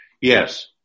Yes